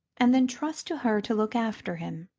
and then trust to her to look after him.